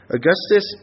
Augustus